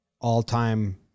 all-time